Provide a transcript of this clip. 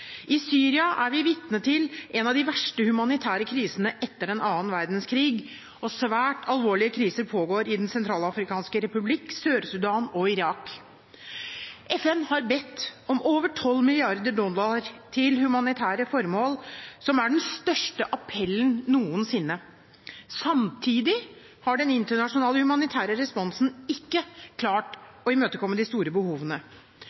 I Syria er vi vitne til en av de verste humanitære krisene etter annen verdenskrig, og svært alvorlige kriser pågår i Den sentralafrikanske republikk, Sør-Sudan og Irak. FN har bedt om over 12 mrd. dollar til humanitære formål, som er den største appellen noensinne. Samtidig har den internasjonale humanitære responsen ikke klart å imøtekomme de store behovene.